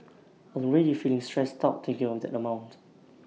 already feeling stressed out to kill that amount